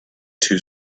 too